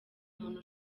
muntu